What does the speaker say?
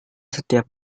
setiap